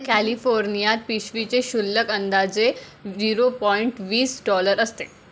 कॅलिफोर्नियात पिशवीचे शुल्क अंदाजे झिरो पॉईंट वीस डॉलर असते